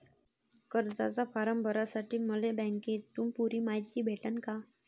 कर्जाचा फारम भरासाठी मले बँकेतून पुरी मायती भेटन का?